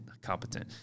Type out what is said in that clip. competent